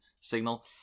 signal